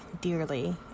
dearly